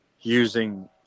using